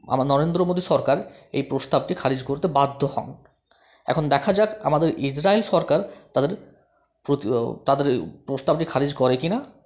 আমার নরেদ্র মোদী সরকার এই প্রস্তাবটি খারিজ করতে বাধ্য হন এখন দেখা যাক আমাদের ইজরায়েল সরকার তাদের প্রতি তাদের প্রস্তাবটি খারিজ করে কি না